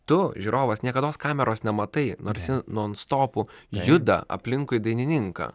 tu žiūrovas niekados kameros nematai nors ji non stopu juda aplinkui dainininką